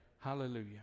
Hallelujah